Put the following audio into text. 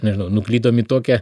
nežinau nuklydom į tokią